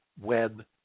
web